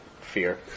fear